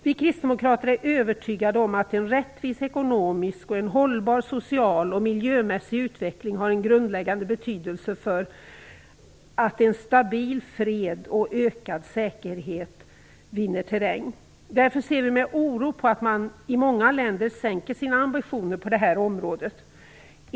Vi kristdemokrater är övertygade om att en rättvis ekonomisk och hållbar social och miljömässig utveckling har en grundläggande betydelse för att en stabil fred och ökad säkerhet vinner terräng. Därför ser vi med oro på hur man i många länder sänker sin ambition på det här området.